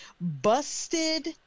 busted